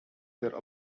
their